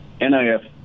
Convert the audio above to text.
NIF